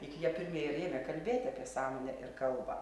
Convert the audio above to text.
juk jie pirmieji ir ėmė kalbėti apie sąmonę ir kalbą